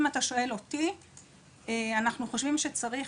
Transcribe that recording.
אם אתה שואל אותי אנחנו חושבים שצריך